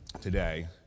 today